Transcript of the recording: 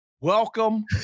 Welcome